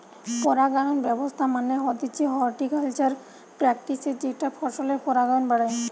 পরাগায়ন ব্যবস্থা মানে হতিছে হর্টিকালচারাল প্র্যাকটিসের যেটা ফসলের পরাগায়ন বাড়ায়